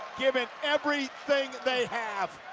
given everything they have.